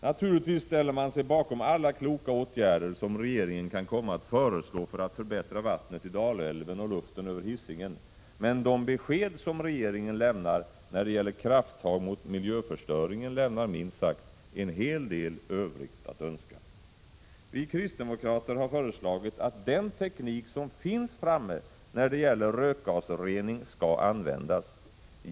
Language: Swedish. Naturligtvis ställer man sig bakom alla kloka åtgärder som regeringen kan komma att föreslå för att förbättra vattnet i Dalälven och luften över Hisingen, men de besked som regeringen ger när det gäller krafttag mot miljöförstöringen lämnar, minst sagt, en hel del övrigt att önska. Vi kristdemokrater har föreslagit att den teknik som finns när det gäller rökgasrening skall användas.